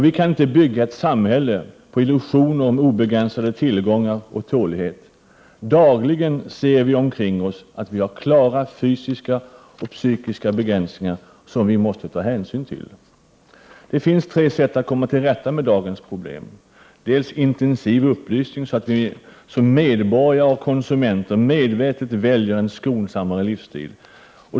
Vi kan inte bygga ett samhälle på illusioner om obegränsade tillgångar och obegränsad tålighet. Dagligen ser vi omkring oss klara fysiska och psykiska begränsningar, som vi måste ta hänsyn till. Vi har tre sätt att komma till rätta med dagens problem i Sverige: 1. Intensiv upplysning så att vi som medborgare och konsumenter medvetet väljer en skonsammare livsstil.